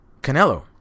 Canelo